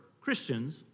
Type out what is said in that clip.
Christians